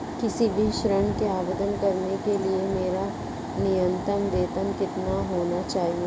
किसी भी ऋण के आवेदन करने के लिए मेरा न्यूनतम वेतन कितना होना चाहिए?